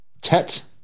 Tet